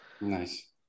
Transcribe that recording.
Nice